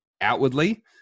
outwardly